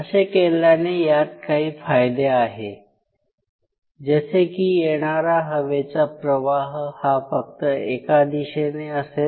असे केल्याने यात काही फायदे आहे जसे की येणारा हवेचा प्रवाह हा फक्त एका दिशेने असेल